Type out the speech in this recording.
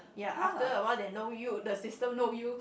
ya after awhile they know you the system know you